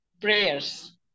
prayers